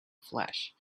flesh